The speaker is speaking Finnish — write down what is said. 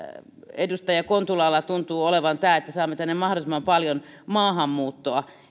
edustaja kontulalla tuntuu olevan tämä että saamme tänne mahdollisimman paljon maahanmuuttoa